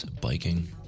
biking